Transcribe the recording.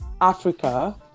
Africa